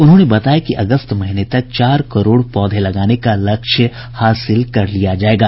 उन्होंने बताया कि अगस्त महीने तक चार करोड़ पौधे लगाने का लक्ष्य हासिल कर लिया जायेगा